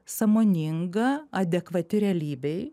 sąmoninga adekvati realybei